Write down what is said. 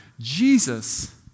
Jesus